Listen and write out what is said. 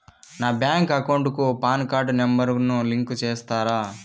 నా bank account కు PAN card number ను లింకు సేస్తారా?